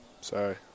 Sorry